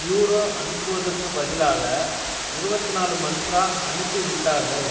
ப்யூரோ அனுப்புவதற்குப் பதிலாக இருபத்தி நாலு மந்த்ரா அனுப்பிவிட்டார்கள்